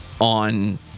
on